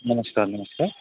नमस्कार नमस्कार